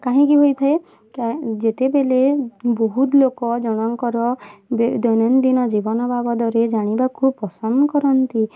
କାହିଁକି ହୋଇଥାଏ ଯେତେବେଳେ ବହୁତ ଲୋକ ଜଣଙ୍କର ଦୈନନ୍ଦିନ ଜୀବନ ବାବଦରେ ଜାଣିବାକୁ ପସନ୍ଦ କରନ୍ତି